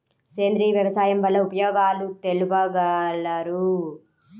సేంద్రియ వ్యవసాయం వల్ల ఉపయోగాలు తెలుపగలరు?